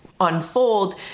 unfold